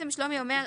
שלומי אומר,